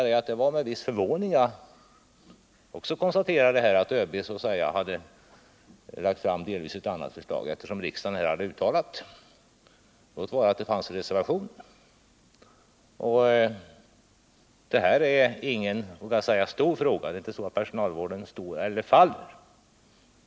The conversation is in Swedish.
Det var med en viss förvåning jag konstaterade att överbefälhavaren hade lagt fram ett delvis annat förslag än det som riksdagen hade uttalat sig för — låt vara att det fanns en reservation. Det här är ingen stor fråga — personalvården står eller faller inte med den.